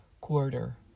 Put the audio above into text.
quarter